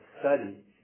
study